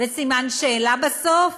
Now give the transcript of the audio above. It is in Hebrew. וסימן שאלה בסוף.